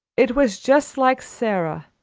it was just like sara,